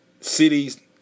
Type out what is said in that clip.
cities